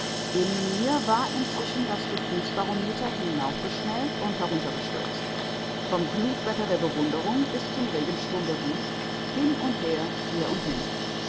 in mir war inzwischen das gefühlsbarometer hinaufgeschnellt und heruntergestürzt vom glutwetter der bewunderung bis zum regensturm der wut hin und her her und hin